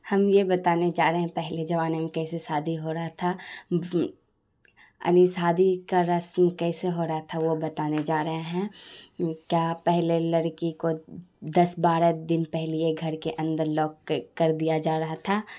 ہم یہ بتانے جا رہے ہیں پہلے زمانے میں کیسے شادی ہو رہا تھا اون یہ شادی کا رسم کیسے ہو رہا تھا وہ بتانے جا رہے ہیں کیا پہلے لڑکی کو دس بارہ دن پہلے گھر کے اندر لاک کر دیا جا رہا تھا